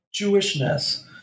Jewishness